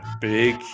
big